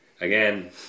again